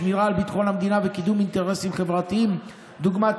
שמירה על ביטחון המדינה וקידום אינטרסים חברתיים דוגמת